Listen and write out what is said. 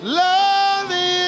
loving